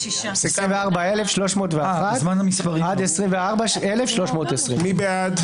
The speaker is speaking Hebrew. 24,301 עד 24,320. מי בעד?